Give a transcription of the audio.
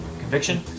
conviction